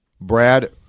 Brad